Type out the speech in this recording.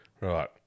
Right